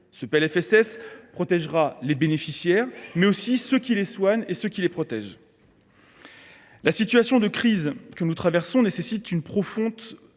Ce PLFSS protégera les bénéficiaires, mais aussi ceux qui les soignent et qui les protègent. La situation de crise que nous traversons nécessite une réponse